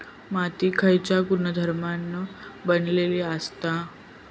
माती खयच्या गुणधर्मान बनलेली असता?